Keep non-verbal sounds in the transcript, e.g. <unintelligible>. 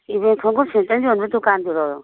<unintelligible> ꯈꯣꯡꯎꯞ ꯁꯦꯟꯇꯟ ꯌꯣꯟꯕ ꯗꯨꯀꯥꯟꯗꯨꯔꯣ